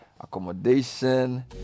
accommodation